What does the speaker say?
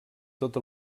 tot